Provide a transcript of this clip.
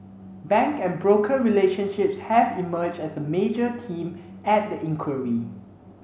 bank and broker relationships have emerged as a major theme at the inquiry